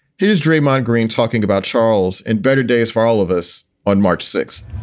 here's draymond green talking about charles in better days for all of us on march sixth,